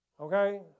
Okay